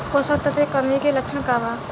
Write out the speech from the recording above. पोषक तत्व के कमी के लक्षण का वा?